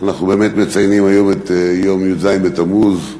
אנחנו באמת מציינים היום את יום י"ז בתמוז,